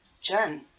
Jen